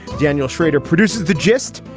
daniel schrader produces the gist.